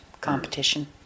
competition